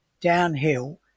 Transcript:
downhill